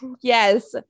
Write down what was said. Yes